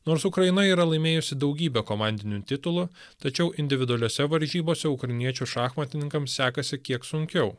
nors ukraina yra laimėjusi daugybę komandinių titulų tačiau individualiose varžybose ukrainiečių šachmatininkams sekasi kiek sunkiau